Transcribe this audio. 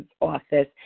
office